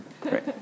Great